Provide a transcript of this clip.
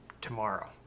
tomorrow